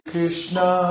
Krishna